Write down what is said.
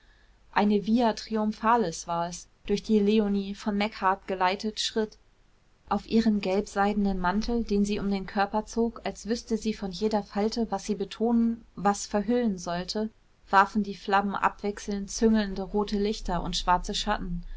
eine via triumphalis war es durch die leonie von macheart geleitet schritt auf ihren gelbseidnen mantel den sie um den körper zog als wüßte sie von jeder falte was sie betonen was verhüllen sollte warfen die flammen abwechselnd züngelnde rote lichter und schwarze schatten